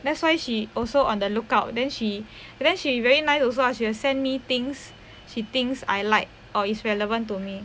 hat's why she also on the lookout then she then she very nice also ah she will send me things she thinks I like or it's relevant to me